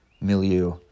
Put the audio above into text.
milieu